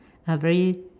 a very